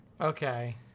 Okay